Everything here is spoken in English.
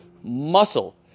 muscle